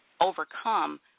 overcome